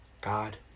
God